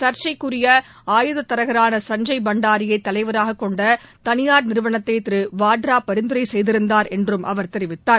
சா்ச்சைக்குரிய ஆயுத தரகரான சஞ்சய் பண்டாரியை தலைவராக கொண்ட தனியார் நிறுவனத்தை திரு வதோரா பரிந்துரை செய்திருந்தார் என்றும் அவர் தெரிவித்தார்